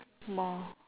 more